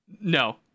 no